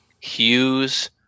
Hughes